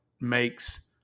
makes